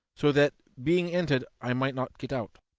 so that being entered i might not get out.